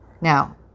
Now